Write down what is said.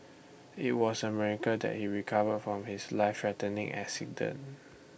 IT was A miracle that he recovered from his life threatening accident